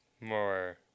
more